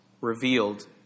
revealed